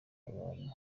abantu